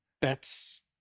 bets